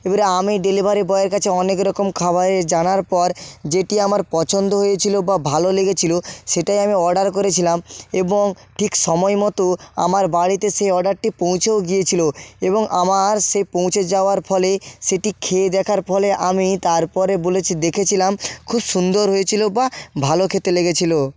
এবারে আমি ডেলিভারি বয়ের কাছে অনেকরকম খাবারের জানার পর যেটি আমার পছন্দ হয়েছিল বা ভালো লেগেছিলো সেটাই আমি অর্ডার করেছিলাম এবং ঠিক সময়মতো আমার বাড়িতে সেই অর্ডারটি পৌঁছেও গিয়েছিল এবং আমার সেই পৌঁছে যাওয়ার ফলে সেটি খেয়ে দেখার ফলে আমি তারপরে বলেছি দেখেছিলাম খুব সুন্দর হয়েছিলো বা ভালো খেতে লেগেছিল